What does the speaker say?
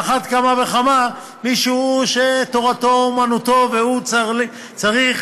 על אחת כמה וכמה מישהו שתורתו אומנותו והוא צריך